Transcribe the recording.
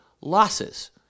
losses